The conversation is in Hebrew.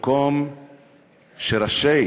ובמקום שראשי